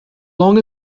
long